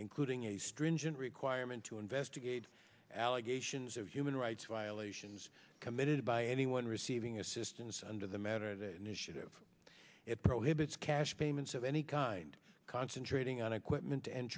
including a stringent requirement to investigate allegations of human rights violations committed by anyone receiving assistance under the matter the initiative it prohibits cash payments of any kind concentrating on equipment and